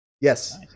Yes